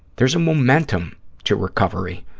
there's a momentum to recovery,